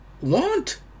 want